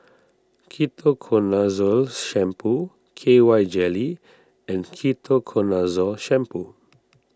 Ketoconazole Shampoo K Y Jelly and Ketoconazole Shampoo